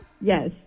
Yes